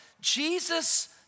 Jesus